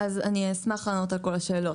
אני אשמח לענות על כל השאלות.